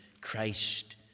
Christ